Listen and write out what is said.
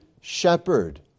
Shepherd